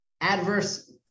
Adverse